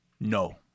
No